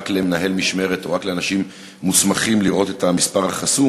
רק למנהל משמרת או רק לאנשים מוסמכים לראות את המספר החסום.